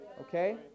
Okay